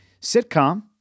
sitcom